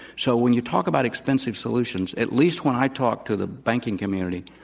so when you talk about expensive solutions, at least when i talk to the banking community,